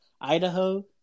Idaho